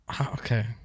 Okay